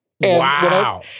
Wow